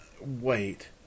wait